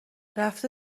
رفته